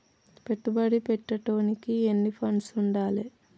పెట్టుబడి పెట్టేటోనికి ఎన్ని ఫండ్స్ ఉండాలే?